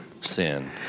sin